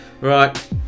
right